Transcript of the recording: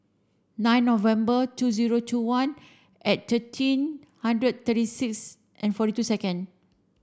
nine November two zero two one at thirteen hundred tirty six and forty two second